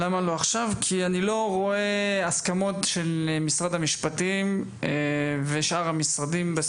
כי אני לא רואה הסכמות של משרד המשפטים ושאר המשרדים בסיפור הזה.